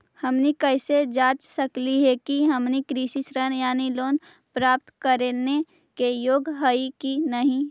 हमनी कैसे जांच सकली हे कि हमनी कृषि ऋण यानी लोन प्राप्त करने के योग्य हई कि नहीं?